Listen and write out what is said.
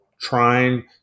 trying